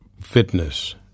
fitness